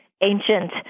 Ancient